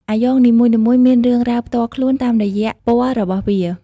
អាយ៉ងនីមួយៗមានរឿងរ៉ាវផ្ទាល់ខ្លួនតាមរយៈពណ៌របស់វា។